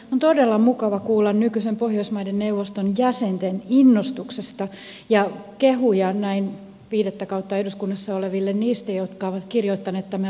on todella mukava kuulla nykyisen pohjoismaiden neuvoston jäsenten innostuksesta ja kehuja näin viidettä kautta eduskunnassa olevalta niille jotka ovat kirjoittaneet tämän raportin